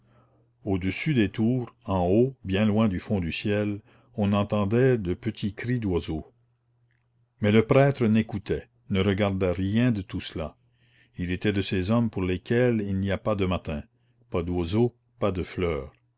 au-dessus des tours en haut bien loin au fond du ciel on entendait de petits cris d'oiseaux mais le prêtre n'écoutait ne regardait rien de tout cela il était de ces hommes pour lesquels il n'y a pas de matins pas d'oiseaux pas de fleurs